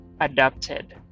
adapted